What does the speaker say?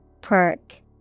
Perk